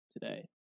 today